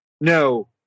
No